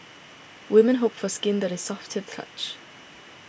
women hope for skin that is soft to the touch